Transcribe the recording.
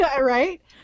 Right